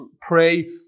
pray